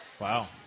wow